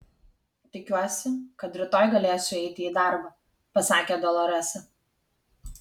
tikiuosi kad rytoj galėsiu eiti į darbą pasakė doloresa